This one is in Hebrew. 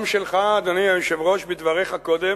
גם שלך, אדוני היושב-ראש, בדבריך קודם,